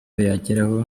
yageraho